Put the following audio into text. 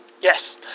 Yes